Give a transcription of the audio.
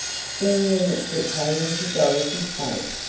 seeing the look that came into dorothy's face,